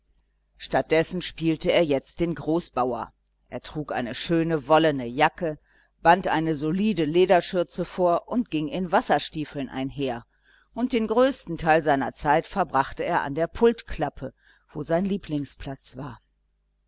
dessen spielte er jetzt den großbauer er trug eine schöne wollene jacke band eine solide lederschürze vor und ging in wasserstiefeln einher und den größten teil seiner zeit verbrachte er an der pultklappe wo sein lieblingsplatz war